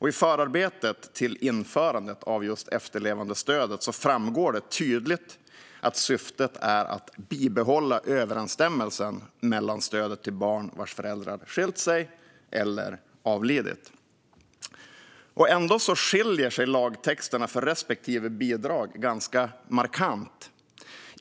I förarbetet till införandet av efterlevandestödet framgår det tydligt, att syftet är att bibehålla överensstämmelsen mellan stödet till barn vars föräldrar skilt sig och stödet till barn vars föräldrar avlidit. Ändå skiljer sig lagtexterna för respektive bidrag ganska markant.